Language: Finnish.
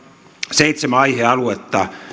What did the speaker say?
seitsemän aihealuetta